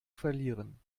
verlieren